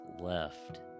left